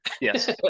Yes